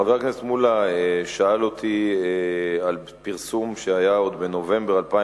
חבר הכנסת שלמה מולה שאל את השר להגנת הסביבה ביום כ"ב בכסלו